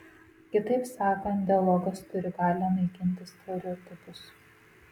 kitaip sakant dialogas turi galią naikinti stereotipus